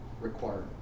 required